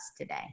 today